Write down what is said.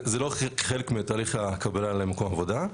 זה לא חלק מתהליך הקבלה למקום עבודה,